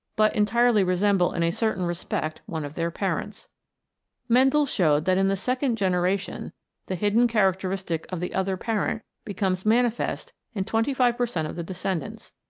but entirely resemble in a certain respect one of their parents mendel showed that in the second generation the hidden characteristic of the other parent becomes manifest in twenty five per cent of the descendants.